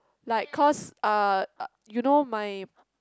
like cause uh you know my